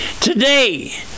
today